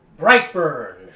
*Brightburn*